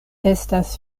estas